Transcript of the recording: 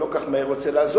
אני לא כל כך מהר רוצה לעזוב,